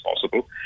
possible